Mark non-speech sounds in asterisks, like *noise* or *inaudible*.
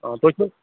*unintelligible*